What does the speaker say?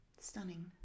stunning